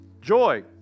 joy